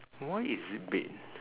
why is it bed